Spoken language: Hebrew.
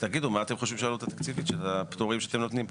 תגידו מה לדעתכם העלות התקציבית של הפטורים שאתם נותנים פה.